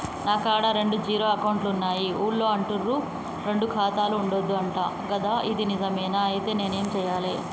నా కాడా రెండు జీరో అకౌంట్లున్నాయి ఊళ్ళో అంటుర్రు రెండు ఖాతాలు ఉండద్దు అంట గదా ఇది నిజమేనా? ఐతే నేనేం చేయాలే?